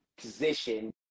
position